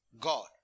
God